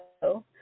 hello